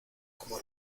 como